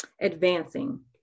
advancing